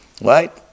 Right